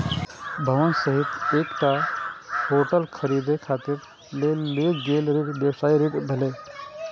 भवन सहित एकटा होटल खरीदै खातिर लेल गेल ऋण व्यवसायी ऋण भेलै